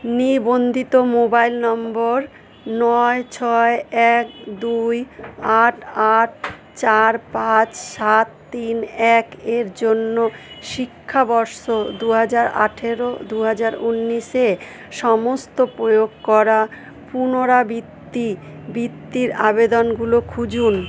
নিবন্ধিত মোবাইল নম্বর নয় ছয় এক দুই আট আট চার পাঁচ সাত তিন এক এর জন্য শিক্ষাবর্ষ দু হাজার আঠেরো দু হাজার ঊনিশে সমস্ত প্রয়োগ করা পুনরাবৃত্তি বৃত্তির আবেদনগুলো খুঁজুন